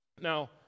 Now